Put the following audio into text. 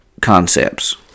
concepts